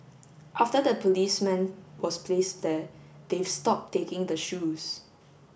after the policeman was placed there they've stopped taking the shoes